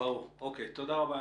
תודה רבה.